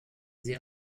sie